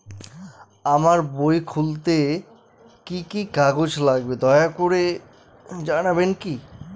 আমার বই খুলতে কি কি কাগজ লাগবে দয়া করে জানাবেন কি?